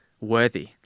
worthy